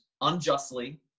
unjustly